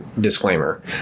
disclaimer